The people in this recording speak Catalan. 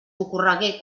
ocorregué